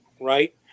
right